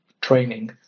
training